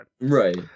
Right